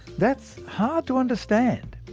that's hard to understand,